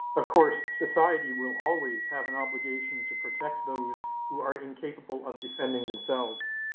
of course society will always have an obligation to protect those who are incapable of defending themselves.